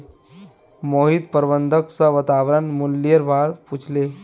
मोहित प्रबंधक स वर्तमान मूलयेर बा र पूछले